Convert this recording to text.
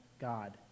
God